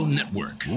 Network